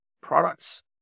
products